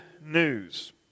news